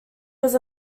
was